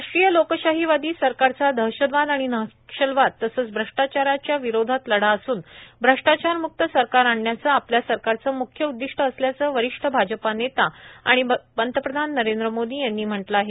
राष्ट्रीय लोकशाहीवादी सरकारचा दहशतवाद आणि नक्षलवाद तसंच भ्रष्टाचाराच्या विरोधात लढा असून भ्रष्टाचार मुक्त सरकार आणण्याचं आपल्या सरकारचं मुख्य उद्दिष्ट असल्याचं वरिष्ठ भाजपा नेता तसंच पंतप्रधान नरेंद्र मोदी यांनी म्हटलं आहे